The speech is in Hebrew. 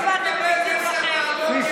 למה לא באתם כשהציעו לכם,